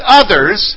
others